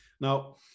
Now